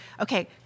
Okay